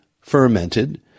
fermented